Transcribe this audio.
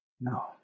No